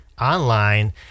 online